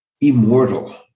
immortal